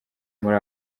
muri